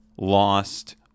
lost